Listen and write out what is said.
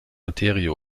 materie